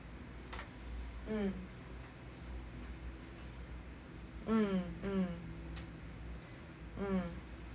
mm mm mm mm